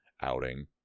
outing